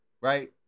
right